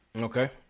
Okay